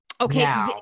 Okay